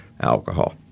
alcohol